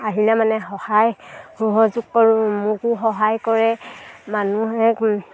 আহিলে মানে সহায় সহযোগ কৰোঁ মোকো সহায় কৰে মানুহে